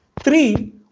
Three